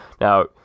Now